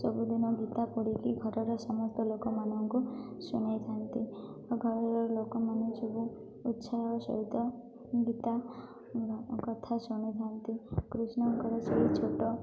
ସବୁଦିନ ଗୀତା ପଢ଼ିକି ଘରର ସମସ୍ତ ଲୋକମାନଙ୍କୁ ଶୁଣେଇଥାନ୍ତି ଘରର ଲୋକମାନେ ସବୁ ଉତ୍ସାହ ସହିତ ଗୀତା କଥା ଶୁଣିଥାନ୍ତି ସେଇ ଛୋଟ